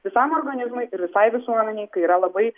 visam organizmui ir visai visuomenei kai yra labai